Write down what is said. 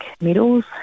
medals